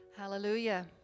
Hallelujah